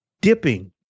dipping